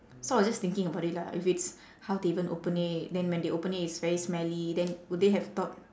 so I was just thinking about it lah if it's how they even open it then when they open it it's very smelly then would they have thought